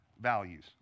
values